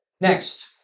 Next